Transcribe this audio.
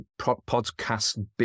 Podcast